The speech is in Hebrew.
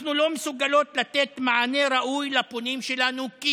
אנחנו לא מסוגלות לתת מענה ראוי לפונים שלנו כי